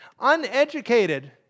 Uneducated